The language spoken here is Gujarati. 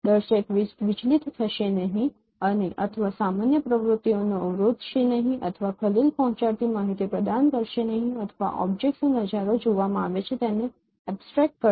દર્શક વિચલિત થશે નહીં અથવા સામાન્ય પ્રવૃત્તિઓ અવરોધશે નહીં અથવા ખલેલ પહોંચાડતી માહિતી પ્રદાન કરશે નહીં અથવા ઓબ્જેક્ટ્સનો નજારો જોવામાં આવે છે તેને એબ્સ્ટ્રેક્ટ કરશે